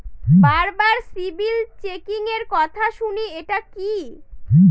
বারবার সিবিল চেকিংএর কথা শুনি এটা কি?